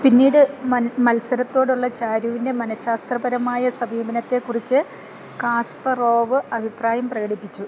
പിന്നീട് മത്സരം മത്സരത്തോടുള്ള ചാരുവിൻ്റെ മനശ്ശാസ്ത്രപരമായ സമീപനത്തെ കുറിച്ച് കാസ്പറോവ് അഭിപ്രായം പ്രകടിപ്പിച്ചു